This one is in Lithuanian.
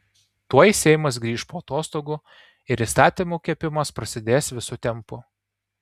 tuoj seimas grįš po atostogų ir įstatymų kepimas prasidės visu tempu